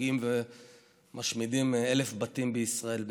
שפוגעים ומשמידים 1,000 בתים בישראל ביום.